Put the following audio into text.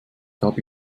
habe